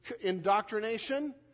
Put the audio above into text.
indoctrination